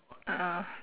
a'ah